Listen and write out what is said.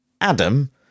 Adam